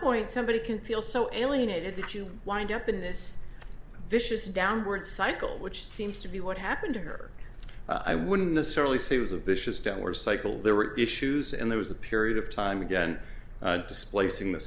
point somebody can feel so alienated that you wind up in this vicious downward cycle which seems to be what happened here i wouldn't necessarily say it was a vicious downward cycle there were issues and there was a period of time again displac